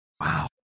Wow